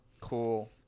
Cool